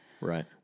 Right